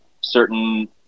certain